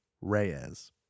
Reyes